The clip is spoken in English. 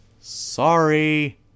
Sorry